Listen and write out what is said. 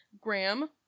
Graham